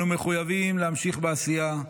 אנו מחויבים להמשיך בעשייה,